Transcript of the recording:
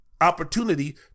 opportunity